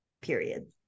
Period